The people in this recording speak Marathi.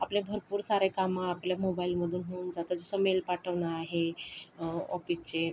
आपले भरपूर सारे कामं आपल्या मोबाईलमधून होऊन जातात जसं मेल पाठवणं आहे ऑफिसचे